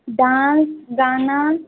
dance गाना